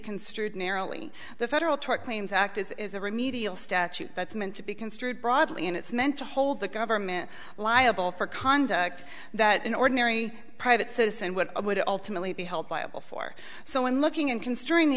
construed narrowly the federal tort claims act is a remedial statute that's meant to be construed broadly and it's meant to hold the government liable for conduct that an ordinary private citizen what would ultimately be help liable for someone looking and considering the